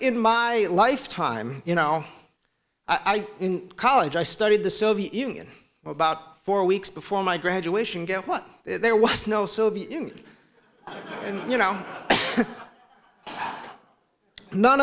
in my lifetime you know i'm in college i studied the soviet union about four weeks before my graduation there was no soviet union and you know none